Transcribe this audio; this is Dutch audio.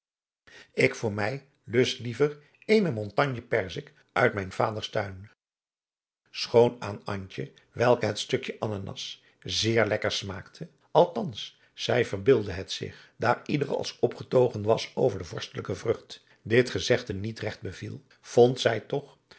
ik voor mij lust liever eene montagne perzik uit mijn vaders tuin schoon aan antje welke het stukje ananas zeer lekker smaakte althans zij verbeeldde het zich daar ieder als opgetogen was over de vorstelijke vrucht dit gezegde niet regt beviel vond zij toch